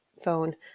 phone